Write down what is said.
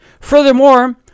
Furthermore